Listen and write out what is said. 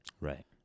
Right